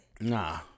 Nah